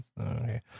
Okay